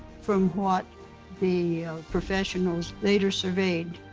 from what the professionals later surveyed.